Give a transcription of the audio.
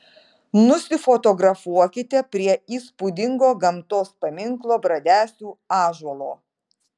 nusifotografuokite prie įspūdingo gamtos paminklo bradesių ąžuolo